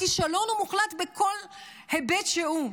הכישלון הוא מוחלט בכל היבט שהוא.